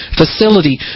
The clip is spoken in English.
facility